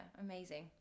Amazing